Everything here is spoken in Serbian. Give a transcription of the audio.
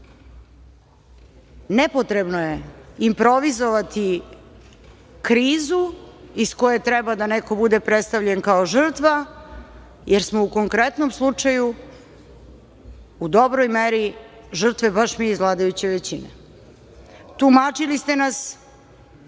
nepotrebno je improvizovati krizu iz koje treba neko da bude predstavljen kao žrtva, jer smo u konkretnom slučaju u dobroj meri žrtve baš mi iz vladajuće većine. Tumačili ste nas,